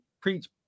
preach